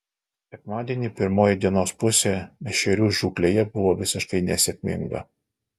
sekmadienį pirmoji dienos pusė ešerių žūklėje buvo visiškai nesėkminga